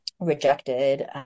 rejected